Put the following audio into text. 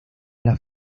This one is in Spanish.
las